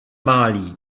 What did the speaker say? mali